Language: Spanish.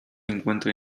encuentra